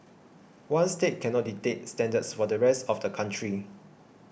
one state cannot dictate standards for the rest of the country